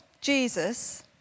Jesus